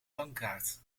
bankkaart